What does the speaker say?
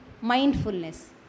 mindfulness